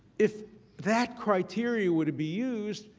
if that criteria were to be used,